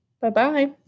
Bye-bye